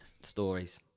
stories